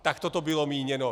Takto to bylo míněno.